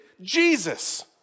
Jesus